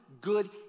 good